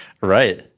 Right